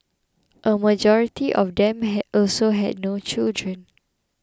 a majority of them had also had no children